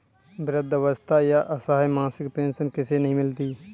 वृद्धावस्था या असहाय मासिक पेंशन किसे नहीं मिलती है?